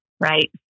Right